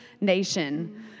nation